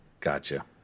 Gotcha